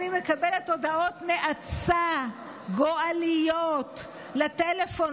אני מקבלת הודעות נאצה גועליות לטלפון